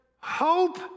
hope